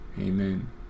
Amen